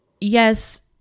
yes